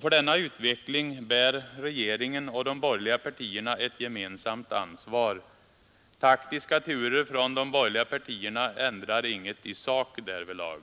För denna utveckling bär regeringen och de borgerliga partierna ett gemensamt ansvar. Taktiska turer från de borgerliga partierna ändrar inget i sak därvidlag.